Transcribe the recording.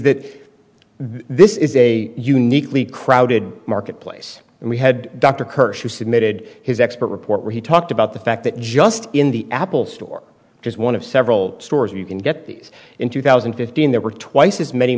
that this is a uniquely crowded marketplace and we had dr kirshner submitted his expert report where he talked about the fact that just in the apple store which is one of several stores you can get these in two thousand and fifteen there were twice as many